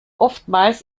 oftmals